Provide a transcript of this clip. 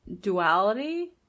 duality